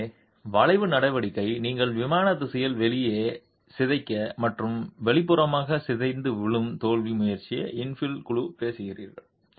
எனவே வளைவு நடவடிக்கை நீங்கள் விமான திசையில் வெளியே சிதைக்க மற்றும் வெளிப்புறமாக சிதைக்க விழுந்து தோல்வி முயற்சி இன்ஃபில் குழு பேசுகிறீர்கள்